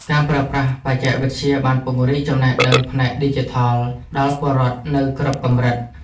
ការប្រើប្រាស់បច្ចេកវិទ្យាបានពង្រីកចំណេះដឹងផ្នែកឌីជីថលដល់ពលរដ្ឋនៅគ្រប់កម្រិត។